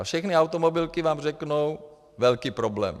A všechny automobilky vám řeknou velký problém.